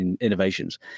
innovations